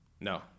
No